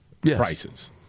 prices